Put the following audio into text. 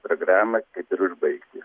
programą kaip ir užbaigti